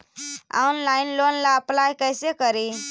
Online loan ला apply कैसे करी?